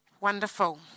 Wonderful